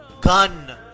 Gun